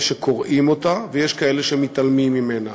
שקוראים אותה ויש כאלה שמתעלמים ממנה,